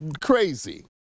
crazy